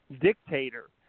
dictator